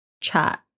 chat